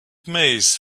maze